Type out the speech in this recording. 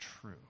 true